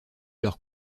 leur